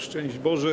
Szczęść Boże.